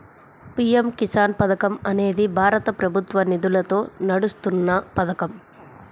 PM Kisan పథకం అనేది భారత ప్రభుత్వ నిధులతో నడుస్తున్న పథకం